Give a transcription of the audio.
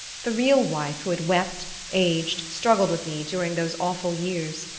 the real wife who had wept, aged, struggled with me during those awful years.